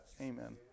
Amen